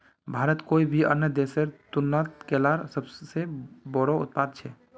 भारत कोई भी अन्य देशेर तुलनात केलार सबसे बोड़ो उत्पादक छे